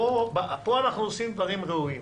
פה אנחנו עושים דברים ראויים.